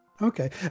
Okay